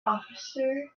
officer